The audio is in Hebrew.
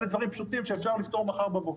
אלה דברים פשוטים שאפשר לפתור מחר בבוקר.